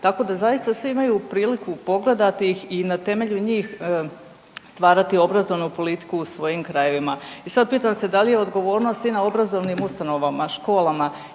Tako da zaista svi imaju priliku pogledati ih i na temelju njih stvarati obrazovanu politiku u svojim krajevima. I sad pitam se da li je odgovornost i na obrazovnim ustanovama, školama,